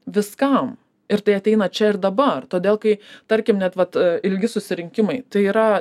viskam ir tai ateina čia ir dabar todėl kai tarkim net vat ilgi susirinkimai tai yra